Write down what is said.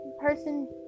person